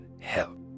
help